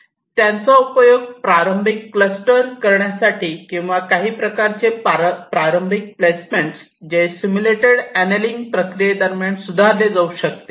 याचा उपयोग प्रारंभिक क्लस्टर तयार करण्यासाठी किंवा काही प्रकारचे प्रारंभिक प्लेसमेंट जे सिम्युलेटेड अनेलिंग प्रक्रिये दरम्यान सुधारले जाऊ शकते